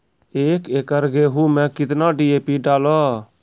एक एकरऽ गेहूँ मैं कितना डी.ए.पी डालो?